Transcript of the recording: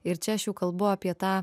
ir čia aš jau kalbų apie tą